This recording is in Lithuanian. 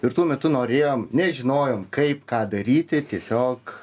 ir tuo metu norėjom nežinojom kaip ką daryti tiesiog